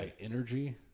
energy